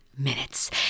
Minutes